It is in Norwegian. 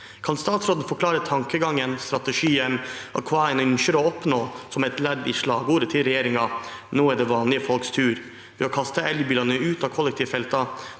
Kan statsråden forklare tankegangen, strategien og kva ein ynskjer å oppnå som eit ledd i slagordet til regjeringa, «nå er det vanlige folks tur», ved å kaste elbilane ut av kollektivfelta,